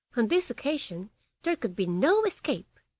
on this occasion there could be no escape!